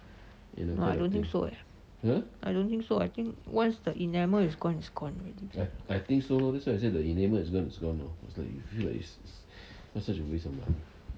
I don't think so eh I don't think so once the enamel is gone it's gone